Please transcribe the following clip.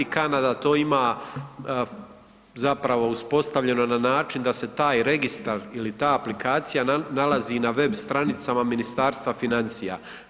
Kanada to ima, zapravo uspostavljeno na način da se taj registar ili ta aplikacija nalazi na web stranicama Ministarstva financija.